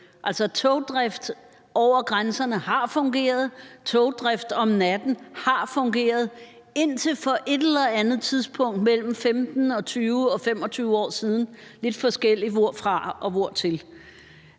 Altså, togdrift over grænserne har fungeret, togdrift om natten har fungeret indtil eller andet tidspunkt for mellem 15, 20 og 25 år siden, lidt forskelligt hvorfra og hvortil.